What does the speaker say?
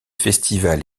festival